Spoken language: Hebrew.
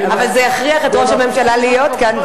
אבל זה יכריח את ראש הממשלה להיות כאן,